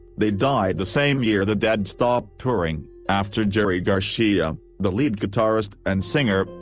they died the same year the dead stopped touring, after jerry garcia, the lead guitarist and singer,